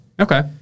Okay